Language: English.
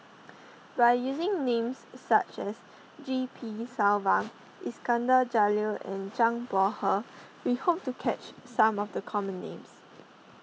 by using names such as G P Selvam Iskandar Jalil and Zhang Bohe we hope to catch some of the common names